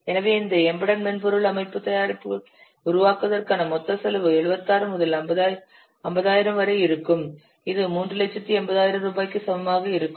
எனவே இந்த எம்பெடெட் மென்பொருள் அமைப்பு தயாரிப்புகளை உருவாக்குவதற்கான மொத்த செலவு 76 முதல் 50000 வரை இருக்கும் இது 3800000 ரூபாய்க்கு சமமாக இருக்கும்